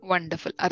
Wonderful